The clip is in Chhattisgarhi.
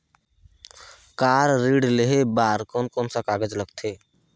कार ऋण लेहे बार कोन कोन सा कागज़ लगथे?